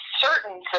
certain